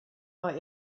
war